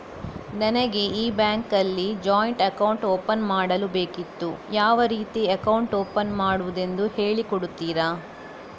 ನನಗೆ ಈ ಬ್ಯಾಂಕ್ ಅಲ್ಲಿ ಜಾಯಿಂಟ್ ಅಕೌಂಟ್ ಓಪನ್ ಮಾಡಲು ಬೇಕಿತ್ತು, ಯಾವ ರೀತಿ ಅಕೌಂಟ್ ಓಪನ್ ಮಾಡುದೆಂದು ಹೇಳಿ ಕೊಡುತ್ತೀರಾ?